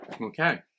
Okay